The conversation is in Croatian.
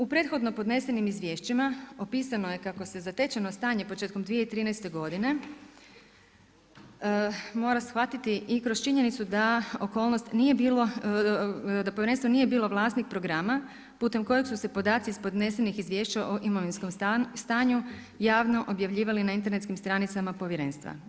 U prethodno podnesenim izvješćima opisano je kako se zatečeno stanje početkom 2013. godine mora shvatiti i kroz činjenicu da okolnost, da povjerenstvo nije bilo vlasnik programa putem kojeg su se podaci s podnesenih izvješća o imovinskom stanju javno objavljivali na internetskim stranicama povjerenstva.